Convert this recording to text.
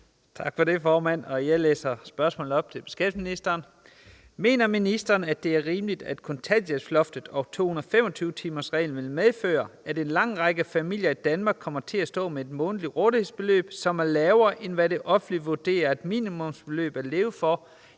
Tak for det, formand. Og jeg læser spørgsmålet til beskæftigelsesministeren op: Mener ministeren, at det er rimeligt, at kontanthjælpsloftet og 225-timersreglen vil medføre, at en lang række familier i Danmark kommer til at stå med et månedligt rådighedsbeløb, som er lavere, end hvad det offentlige vurderer er et minimumsbeløb at leve for,